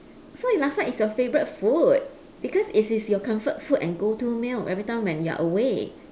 so is laksa is your favourite food because it is your comfort food and go-to meal every time when you're away